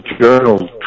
Journal